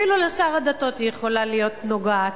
אפילו לשר הדתות היא יכולה להיות נוגעת.